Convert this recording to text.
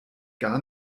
gar